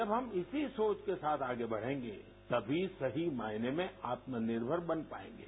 जब हम इसी सोच के साथ आगे बढ़ेंगे तभी सही मायने में आत्मनिर्भर बन पाएंगे